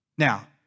Now